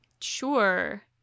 sure